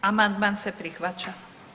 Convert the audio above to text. Amandman se prihvaća.